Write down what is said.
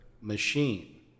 machine